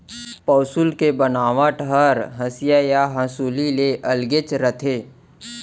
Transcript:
पौंसुल के बनावट हर हँसिया या हँसूली ले अलगेच रथे